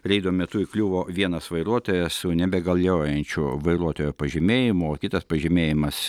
reido metu įkliuvo vienas vairuotojas su nebegaliojančiu vairuotojo pažymėjimu o kitas pažymėjimas